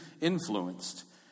influenced